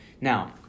Now